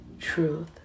truth